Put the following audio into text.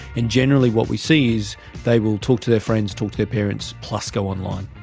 and generally what we see is they will talk to their friends, talk to their parents, plus go online.